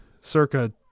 circa